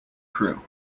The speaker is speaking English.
crew